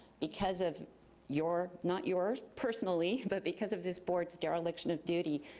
because of your, not your personally, but because of this board's dereliction of duty,